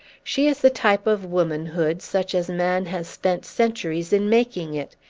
she is the type of womanhood, such as man has spent centuries in making it.